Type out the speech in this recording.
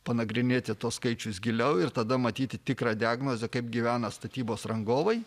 panagrinėti tuos skaičius giliau ir tada matyti tikrą diagnozę kaip gyvena statybos rangovai